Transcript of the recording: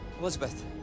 Elizabeth